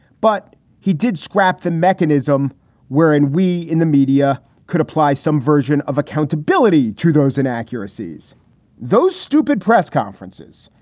but he did scrap the mechanism wherein we in the media could apply some version of accountability to those inaccuracies those stupid press conferences,